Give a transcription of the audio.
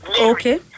Okay